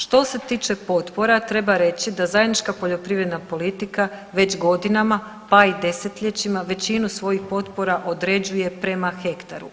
Što se tiče potpora treba reći da zajednička poljoprivredna politika već godinama pa i desetljećima većinu svojih potpora određuje prema hektaru.